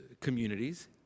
communities